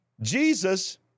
Jesus